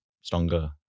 stronger